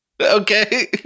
Okay